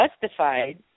Justified